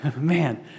man